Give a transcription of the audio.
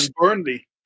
Burnley